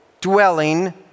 dwelling